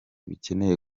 bikeneye